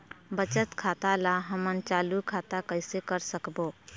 बचत खाता ला हमन चालू खाता कइसे कर सकबो?